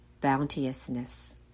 Bounteousness